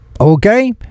Okay